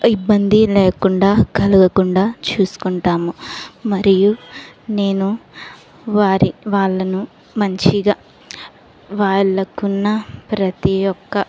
ఇబ్బంది లేకుండా కలగకుండా చూస్కుంటాము మరియు నేను వారి వాళ్ళను మంచిగా వాళ్ళకున్న ప్రతి ఒక్క